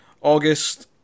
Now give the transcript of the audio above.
august